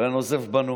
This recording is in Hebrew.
הוא היה נוזף בנו,